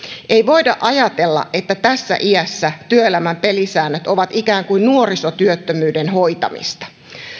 ei voida ajatella että tässä iässä työelämän pelisäännöt ovat ikään kuin nuorisotyöttömyyden hoitamista